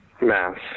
Mass